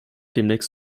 demnächst